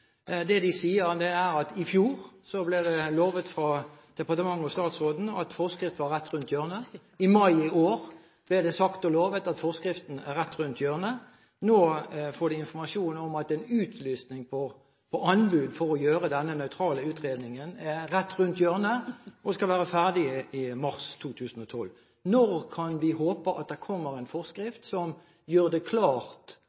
Det de sier, er at i fjor ble det fra departementet og statsråden lovet at forskriften var rett rundt hjørnet. I mai i år ble det sagt og lovet at forskriften er rett rundt hjørnet. Nå får de informasjon om at en utlysning av anbud for å gjøre denne nøytrale utredningen er rett rundt hjørnet og skal være ferdig i mars 2012. Når kan vi håpe at det kommer en